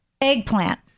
eggplant